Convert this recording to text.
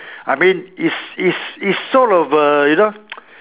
I mean is is is sort of a you know